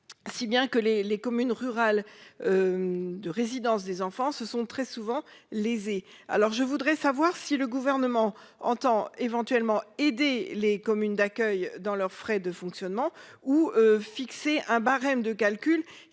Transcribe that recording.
Si bien que les les communes rurales. De résidence des enfants ce sont très souvent lésés. Alors je voudrais savoir si le gouvernement entend éventuellement aider les communes d'accueil dans leurs frais de fonctionnement ou fixer un barème de calcul